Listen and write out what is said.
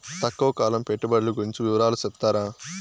తక్కువ కాలం పెట్టుబడులు గురించి వివరాలు సెప్తారా?